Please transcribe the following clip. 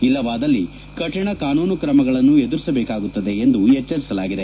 ಇಲ್ಲವಾದಲ್ಲಿ ಕಠಣ ಕಾನೂನು ಕ್ರಮಗಳನ್ನು ಎದುರಿಸಬೇಕಾಗುತ್ತದೆ ಎಂದು ಎಚ್ಚರಿಸಲಾಗಿದೆ